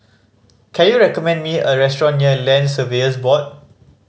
can you recommend me a restaurant near Land Surveyors Board